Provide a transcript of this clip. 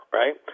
right